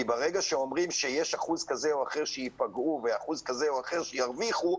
ברגע שאומרים שיש אחוז כזה או אחר שייפגעו ואחוז כזה או אחר שירוויחו,